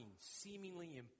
seemingly